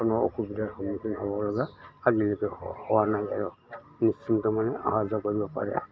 কোনো অসুবিধাৰ সন্মুখীন হ'ব বাবে আজিলৈকে হোৱা নাই আৰু নিশ্চিন্ত মানে অহা যোৱা কৰিব পাৰে